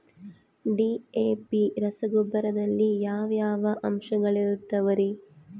DAP ರಸಗೊಬ್ಬರದಲ್ಲಿ ಯಾವ ಯಾವ ಅಂಶಗಳಿರುತ್ತವರಿ?